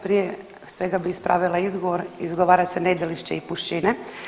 Prije svega bi ispravila izgovor, izgovara se Nedelišće i Pušćine.